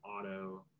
auto